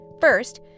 First